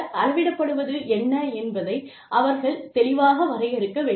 அளவிடப்படுவது என்ன என்பதை அவர்கள் தெளிவாக வரையறுக்க வேண்டும்